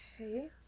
Okay